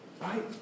Right